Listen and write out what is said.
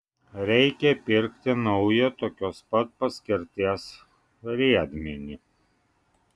reikia pirkti naują tokios pat paskirties riedmenį